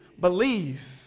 Believe